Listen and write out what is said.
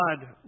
God